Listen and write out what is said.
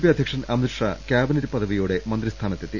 P അധ്യക്ഷൻ Amit Shah cabinet പദവിയോടെ മന്ത്രി സ്ഥാനത്തെത്തി